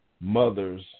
mothers